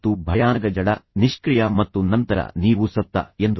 ಮತ್ತು ಭಯಾನಕ ಜಡ ನಿಷ್ಕ್ರಿಯ ಮತ್ತು ನಂತರ ನೀವು ಸತ್ತ ಎಂದು